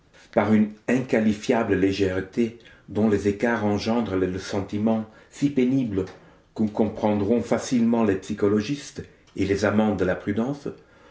par une inqualifiable légèreté dont les écarts engendrent le sentiment si pénible que comprendront facilement les psychologistes et les amants de la prudence